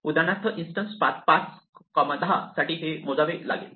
उदाहरणार्थ instance path 5 10 साठी हे मोजावे लागेल